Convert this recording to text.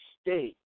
state